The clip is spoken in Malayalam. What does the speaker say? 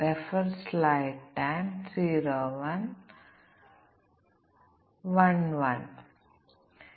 ഇപ്പോൾ സാധ്യമായ എല്ലാ കോമ്പിനേഷനുകളും ഞങ്ങൾ പരിഗണിക്കുകയാണെങ്കിൽ അത് ഒരു വലിയ സംഖ്യയായിരിക്കും